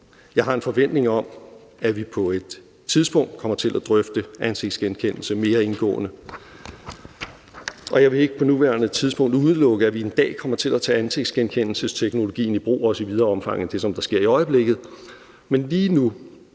Jeg har en forventning om, at vi på et tidspunkt kommer til at drøfte ansigtsgenkendelse mere indgående. Jeg vil ikke på nuværende tidspunkt udelukke, at vi en dag kommer til at tage ansigtsgenkendelsesteknologien i brug, også i videre omfang end det, som der sker i øjeblikket, men lige nu